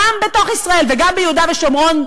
גם בתוך ישראל וגם ביהודה ושומרון,